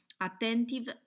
attentive